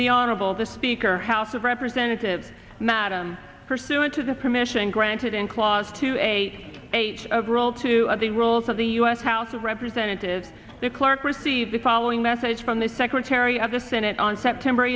the honorable the speaker house of representatives madam pursuant to the permission granted in clause to eight eight overall two of the rules of the u s house of representative the clerk received the following message from the secretary of the senate on september